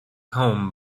home